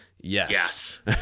yes